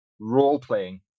role-playing